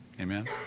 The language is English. Amen